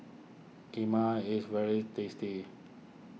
Kheema is very tasty